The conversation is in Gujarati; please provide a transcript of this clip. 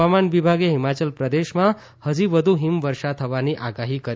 હવામાન વિભાગે હિમાચલપ્રદેશમાં હજી વધુ હિમવર્ષા થવાની આગાહી કરી છે